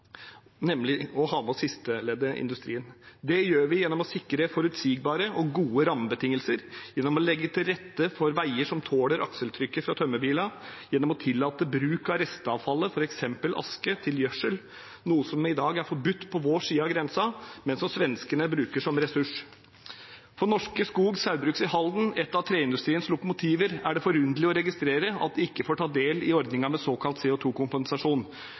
nemlig å ha med oss sisteleddet: industrien. Det gjør vi gjennom å sikre forutsigbare og gode rammebetingelser, gjennom å legge til rette for veier som tåler akseltrykket fra tømmerbilene, gjennom å tillate bruk av restavfallet, f.eks. aske til gjødsel, noe som i dag er forbudt på vår side av grensen, men som svenskene bruker som en ressurs. For Norske Skog Saugbrugs i Halden, et av treindustriens lokomotiver, er det forunderlig å registrere at de ikke får ta del i ordningen med såkalt